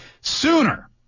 sooner